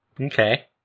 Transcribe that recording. Okay